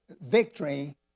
victory